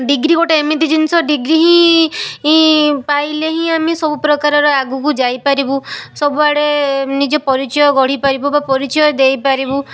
degree ଗୋଟେ ଏମିତି ଜିନିଷ ଡିଗ୍ରୀ ହିଁ ପାଇଲେ ହିଁ ଆମେ ସବୁ ପ୍ରକାରର ଆଗକୁ ଯାଇପାରିବୁ ସବୁଆଡ଼େ ନିଜ ପରିଚୟ ଗଢ଼ିପାରିବୁ ବା ପରିଚୟ ଦେଇପାରିବୁ